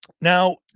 Now